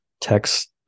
text